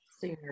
sooner